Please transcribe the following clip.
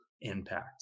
Impact